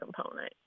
component